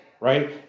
right